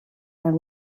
and